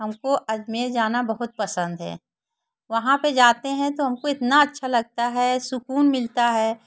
हमको अजमेर जाना बहुत पसंद है वहाँ पर जाते हैं तो हमको इतना अच्छा लगता है सूकून मिलता है